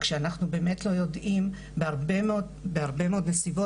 שאנחנו באמת לא יודעים בהרבה מאוד נסיבות,